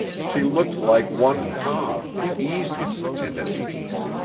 she looked like one calm, easy, and at peace.